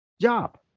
job